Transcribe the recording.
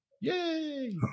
Yay